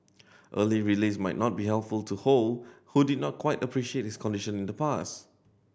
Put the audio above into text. early release might not be helpful to Ho who did not quite appreciate his condition in the past